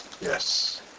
Yes